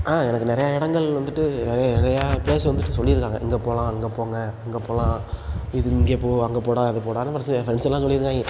எனக்கு நிறையா இடங்கள் வந்துட்டு நிறைய நிறையா ப்ளேஸ் வந்துட்டு சொல்லியிருக்காங்க இங்கேப் போகலாம் அங்கேப் போங்க அங்கேப் போகலாம் இது இங்கேப் போ அங்கேப் போடா அது போடானு ஃப்ரெண்ட்ஸுகள் ஃப்ரெண்ட்ஸ் எல்லாம் சொல்லிருக்காங்க